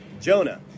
jonah